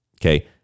Okay